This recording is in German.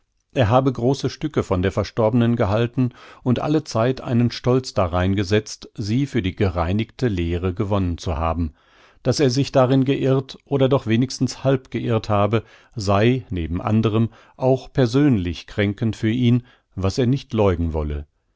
er habe große stücke von der verstorbenen gehalten und allezeit einen stolz darein gesetzt sie für die gereinigte lehre gewonnen zu haben daß er sich darin geirrt oder doch wenigstens halb geirrt habe sei neben anderem auch persönlich kränkend für ihn was er nicht leugnen wolle